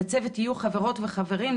בצוות יהיו חברות וחברים,